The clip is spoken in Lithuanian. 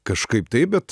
kažkaip taip bet